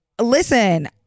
listen